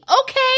Okay